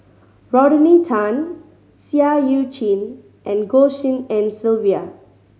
Rodney Tan Seah Eu Chin and Goh Tshin En Sylvia